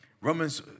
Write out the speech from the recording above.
Romans